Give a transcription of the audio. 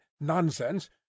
nonsense